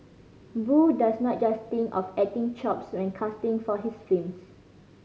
boo does not just think of acting chops when casting for his films